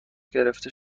گرفته